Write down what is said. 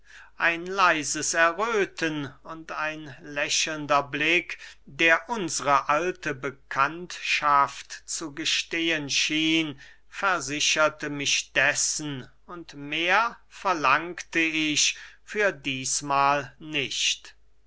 ein leises erröthen und ein lächelnder blick der unsre alte bekanntschaft zu gestehen schien versicherte mich dessen und mehr verlangte ich für dießmahl nicht